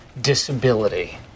disability